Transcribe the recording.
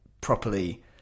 properly